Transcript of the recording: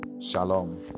Shalom